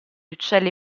uccelli